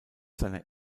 seiner